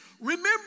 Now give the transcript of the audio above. remember